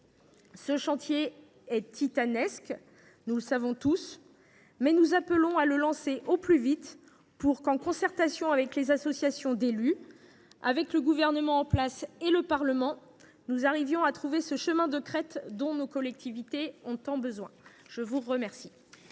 Ce chantier est titanesque, nous le savons tous, mais nous appelons à le lancer au plus vite, pour que nous parvenions, en concertation avec les associations d’élus, le gouvernement en place et le Parlement, à trouver ce chemin de crête dont nos collectivités ont tant besoin. La parole